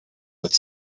with